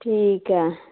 ਠੀਕ ਹੈ